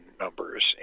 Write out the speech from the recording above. numbers